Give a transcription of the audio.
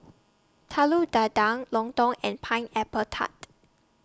Telur Dadah Lontong and Pineapple Tart